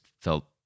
felt